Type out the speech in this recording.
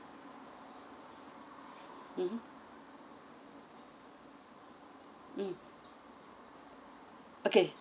mmhmm mm okay